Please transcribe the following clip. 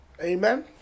Amen